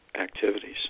activities